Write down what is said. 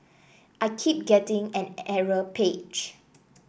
I keep getting an error page